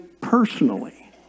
personally